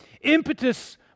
impetus